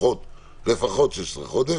לפחות 16 חודש.